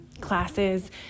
classes